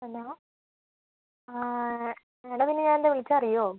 hello ആ എടാ നിന്നെ ഞാൻ എന്താണ് വിളിച്ചതെന്ന് അറിയുമോ